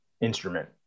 instrument